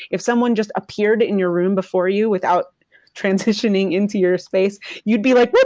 if someone just appeared in your room before you without transitioning into your space, you'd be like, but